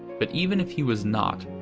but even if he was not,